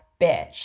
bitch